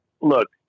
look